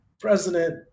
president